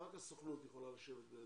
רק הסוכנות יכולה לשבת כך.